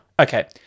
Okay